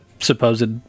supposed